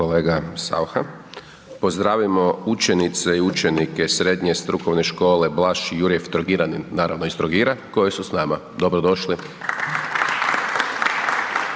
vam kolega Saucha. Pozdravimo učenice i učenike Srednje strukovne škole Blaž Juraj Trogiranin, naravno, iz Trogira koji su s nama. Dobro došli!